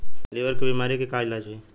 Liver के बीमारी के का इलाज होई?